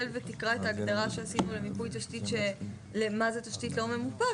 את ההגדרה שעשינו למה זה תשתית לא ממופה,